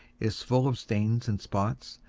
is full of stains and spots?